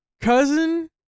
cousin